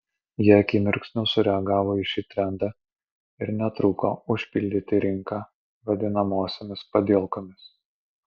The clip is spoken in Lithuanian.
jie akimirksniu sureagavo į šį trendą ir netruko užpildyti rinką vadinamosiomis padielkomis